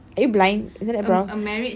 are you blind isn't that brows